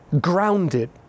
grounded